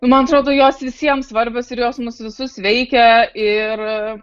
nu man atrodo jos visiems svarbios ir jos mus visus veikia ir